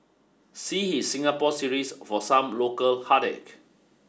see his Singapore series for some local heartache